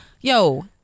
Yo